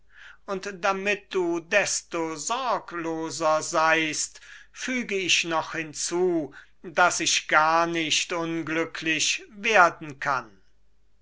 und damit du desto sorgloser seist füge ich noch hinzu daß ich gar nicht unglücklich werden kann